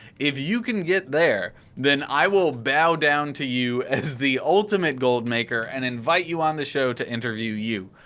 if you can get there then i will bow down to you as the ultimate gold maker and invite you on the show to interview you.